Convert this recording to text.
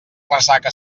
ressaca